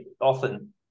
often